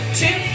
two